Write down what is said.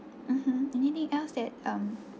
mmhmm anything else that um